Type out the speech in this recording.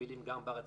מקבילים גם בארץ,